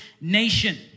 nation